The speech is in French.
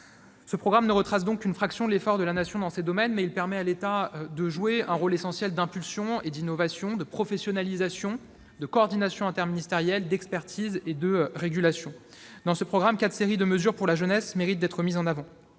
Le programme 163 ne retrace donc qu'une fraction de l'effort de la Nation dans ces domaines, mais il permet à l'État de jouer un rôle essentiel d'impulsion et d'innovation, de professionnalisation, de coordination interministérielle, d'expertise et de régulation. Dans ce programme, quatre séries de mesures pour la jeunesse méritent d'être mises en avant.